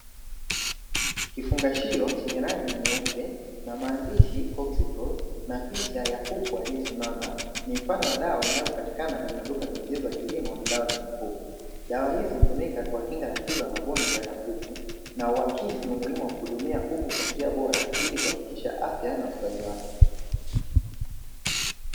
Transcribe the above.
Kifungashio chenye rangi nyeupe na maandishi "Cocciprol" na picha ya kuku aliyesimama. Ni mfano wa dawa inayopatikana kwenye maduka ya pembejeo za kilimo na dawa za mifugo. Dawa hizi hutumika kuwakinga na tiba ya magonjwa ya kuku, na huakisi umuhimu wa kuhudumia kuku kwa njia bora, ili kuhakikisha afya na ustawi wake.